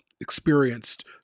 experienced